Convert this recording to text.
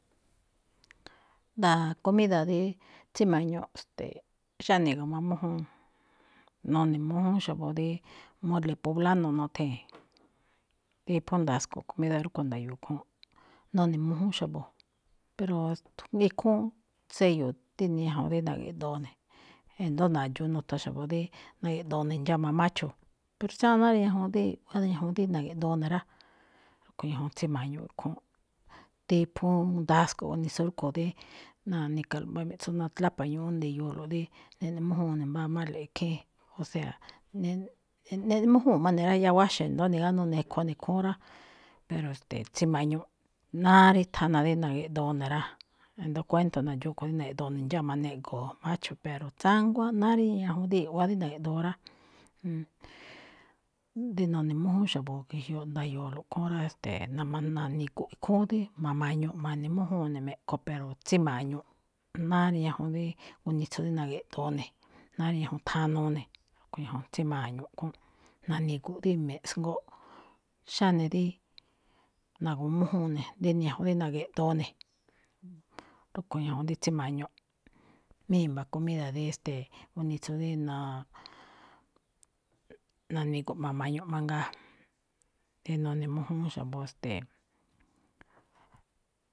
Nda̱a̱ comida díí tsíma̱ñuꞌ, ste̱e̱, xáne gu̱mamújúun, none̱mújúún xa̱bo̱ díí mole poblano nothee̱n, dí phú ndasko̱ꞌ comida rúꞌkhue̱n nda̱yo̱o̱ khúúnꞌ, none̱mújúún xa̱bo̱, pero rí ikhúún tséyo̱o̱ díni ñajuun rí na̱gi̱ꞌdoo ne̱, e̱ndo̱ó na̱dxuun nuthan xa̱bo̱ díí na̱gi̱ꞌdoo ne̱ ndxáma macho, pero tsiáán náá rí ñajuun díí na̱gi̱ꞌdoo ne̱ rá, rúꞌkho̱ ñajuun tséma̱ñuꞌ khúúnꞌ. Dí phú ndasko̱ꞌ gunitsú rúꞌkho̱ dí náa nikalo̱ꞌ mbá miꞌtsú ná tlapa ñúꞌún ndi̱yo̱o̱lo̱ꞌ dí neꞌnemújúun ne̱ mbáa máli̱ꞌ khín, o sea, ne- neꞌnemújúu̱n má ne̱ rá, yáá wáxe̱ ndo̱ó nigánú nekho ne̱ khúún rá, pero tséma̱ñuꞌ náá rí thana dí na̱gi̱ꞌdoo ne̱ rá, e̱ndo̱ó kuénto̱ na̱dxuun kho̱ dí na̱gi̱ꞌdoo ne̱ ndxáma ne̱ꞌgo̱o̱ macho, pero tsánguá náá rí ñajuun rí i̱ꞌwá rí na̱gi̱ꞌdoo rá. dí none̱mújúún xa̱bo̱ ge̱jyoꞌ nda̱yo̱o̱lo̱ꞌ khúún rá, e̱ste̱e̱, na̱ma̱-na̱ni̱gu̱ꞌ ikhúúnꞌ dí ma̱ma̱ñuꞌ ma̱ne̱mújúnꞌ ne̱ me̱ꞌkho, pero tsíma̱ñuꞌ náá rí ñajuun rí gunitsu rí na̱gi̱doo ne̱, náá rí ñajuun thanuu ne̱, rúꞌkho̱ ñajuun tsíma̱ñuꞌ khúúnꞌ, na̱ni̱gu̱ꞌ dí me̱ꞌsngóꞌ xáne dí na̱gu̱mújúun ne̱, díni ñajuun dí na̱ge̱ꞌdoo ne̱, rúꞌkhue̱n ñajuun rí tsíma̱ñuꞌ. Mí i̱mba̱ comida rí, e̱ste̱e̱, gunitsu dí na̱a̱ na̱ni̱gu̱ꞌ ma̱ma̱ñuꞌ mangaa, dí none̱mújúún xa̱bo̱, ste̱e̱.